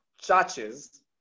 churches